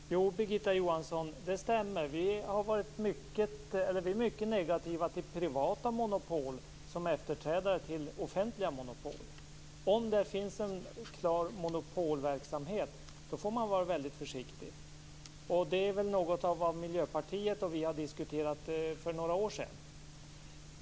Herr talman! Jo, Birgitta Johansson, det stämmer att vi är mycket negativa till privata monopol som efterträdare till offentliga monopol. Om det finns en klar monopolverksamhet får man vara väldigt försiktig. Det är något av det som Miljöpartiet och vi har diskuterat för några år sedan.